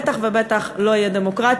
בטח ובטח לא יהיה דמוקרטי,